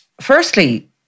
Firstly